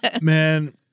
Man